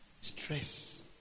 stress